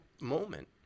moment